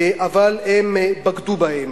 אבל הם בגדו בהם.